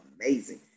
amazing